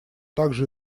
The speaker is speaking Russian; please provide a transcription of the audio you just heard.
также